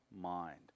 mind